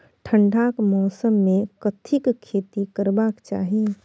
ठंडाक मौसम मे कथिक खेती करबाक चाही?